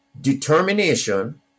determination